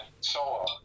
solo